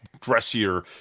dressier